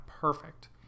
perfect